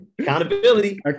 Accountability